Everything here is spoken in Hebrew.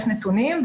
יש נתונים,